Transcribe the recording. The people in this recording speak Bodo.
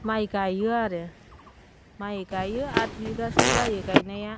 माइ गायो आरो माइ गायो आद बिगासो जायो गायनाया